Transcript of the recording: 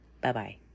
Bye-bye